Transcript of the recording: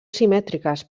simètriques